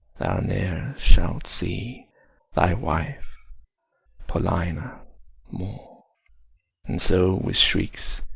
thou ne'er shalt see thy wife paulina more' so, with shrieks,